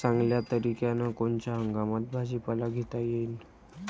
चांगल्या तरीक्यानं कोनच्या हंगामात भाजीपाला घेता येईन?